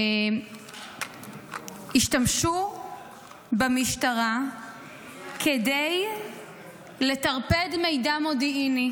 שהשתמשו במשטרה כדי לטרפד מידע מודיעיני